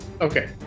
Okay